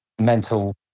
mental